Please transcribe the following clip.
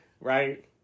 right